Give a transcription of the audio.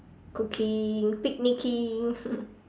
cooking picnicking